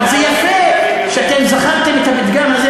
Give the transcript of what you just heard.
אבל יפה שאתם זכרתם את הפתגם הזה,